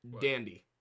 Dandy